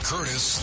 Curtis